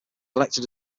elected